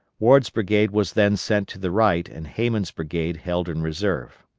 ward's brigade was then sent to the right and hayman's brigade held in reserve.